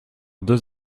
deux